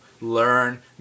learn